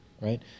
right